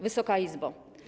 Wysoka Izbo!